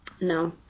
No